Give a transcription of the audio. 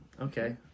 Okay